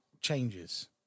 changes